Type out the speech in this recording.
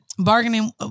bargaining